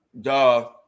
duh